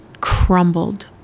crumbled